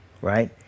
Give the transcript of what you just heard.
right